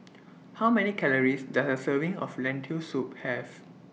How Many Calories Does A Serving of Lentil Soup Have